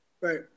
Right